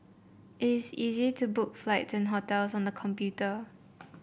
it is easy to book flights and hotels on the computer